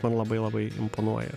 man labai labai imponuoja